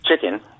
chicken